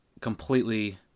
completely